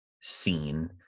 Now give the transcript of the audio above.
seen